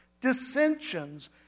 dissensions